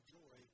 joy